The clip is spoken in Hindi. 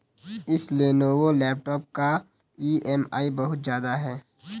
इस लेनोवो लैपटॉप का ई.एम.आई बहुत ज्यादा है